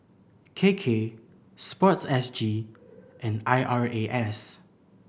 K K Sport S G and I R A S